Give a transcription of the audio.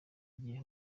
agiye